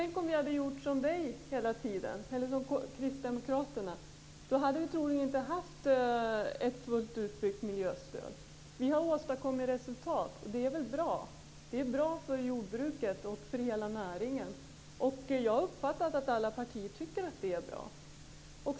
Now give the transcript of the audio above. Tänk om vi hade gjort som Kristdemokraterna! Då hade vi troligen inte haft ett fullt utbyggt miljöstöd. Vi har åstadkommit resultat. Det är väl bra? Det är bra för jordbruket och för hela näringen. Jag har uppfattat att alla partier tycker att det är bra.